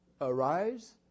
arise